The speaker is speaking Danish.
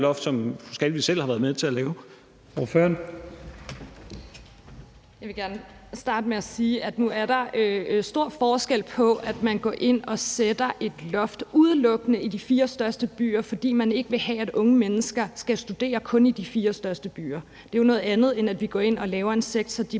18:51 Sandra Elisabeth Skalvig (LA): Jeg vil gerne starte med at sige, at nu er der stor forskel på det. At man går ind og sætter et loft udelukkende i de fire største byer, fordi man ikke vil have, at unge mennesker kun skal studere i de fire største byer, er jo noget andet, end at vi går ind og laver en